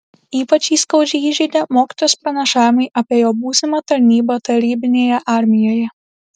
ypač jį skaudžiai įžeidė mokytojos pranašavimai apie jo būsimą tarnybą tarybinėje armijoje